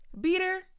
beater